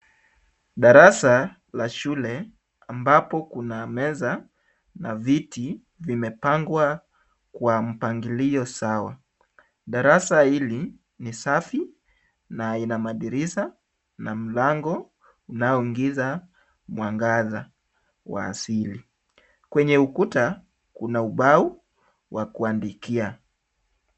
Darasa la shule, ambapo kuna meza na viti vimepangwa kwa mpangilio sawa. Darasa hili ni safi na ina madirisha na mlango unaoingiza mwangaza wa asili, kwenye ukuta kuna ubao wa kuandikia.